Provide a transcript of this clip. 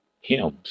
hymns